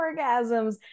orgasms